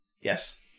Yes